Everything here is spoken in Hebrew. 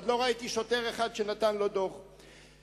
עוד לא ראיתי שוטר אחד שנתן דוח על זה.